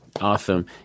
Awesome